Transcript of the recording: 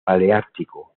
paleártico